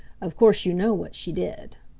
of course you know what she did.